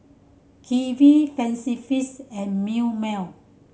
Kiwi Fancy Feast and Milkmaid